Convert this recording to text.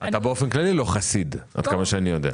באופן כללי אתה לא חסיד, עד כמה שאני יודע.